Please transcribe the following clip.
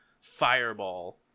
fireball